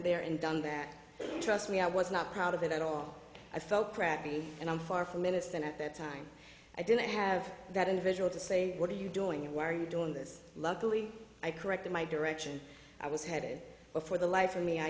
there and done that trust me i was not proud of it at all i felt crappy and i'm far from innocent at that time i didn't have that individual to say what are you doing and why are you doing this luckily i corrected my direction i was headed for the life for me i